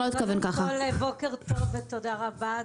בוקר טוב ותודה רבה.